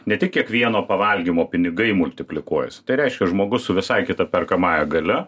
ne tik kiekvieno pavalgymo pinigai multiplikuojasi tai reiškia žmogus su visai kita perkamąja galia